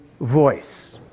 voice